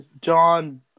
John